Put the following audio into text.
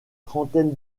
trentaine